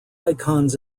icons